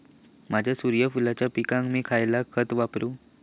माझ्या सूर्यफुलाच्या पिकाक मी खयला खत वापरू?